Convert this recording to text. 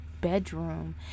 bedroom